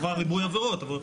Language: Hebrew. הוא עבר ריבוי עבירות.